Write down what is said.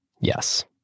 Yes